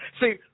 See